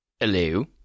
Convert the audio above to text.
Hello